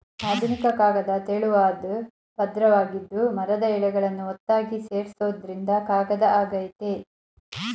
ಆಧುನಿಕ ಕಾಗದ ತೆಳುವಾದ್ ಪದ್ರವಾಗಿದ್ದು ಮರದ ಎಳೆಗಳನ್ನು ಒತ್ತಾಗಿ ಸೇರ್ಸೋದ್ರಿಂದ ಕಾಗದ ಆಗಯ್ತೆ